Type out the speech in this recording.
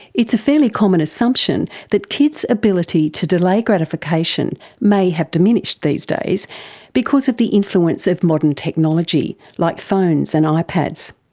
it's a fairly common assumption that kids' ability to delay gratification may have diminished these days because of the influence of modern technology, like phones and um ipads.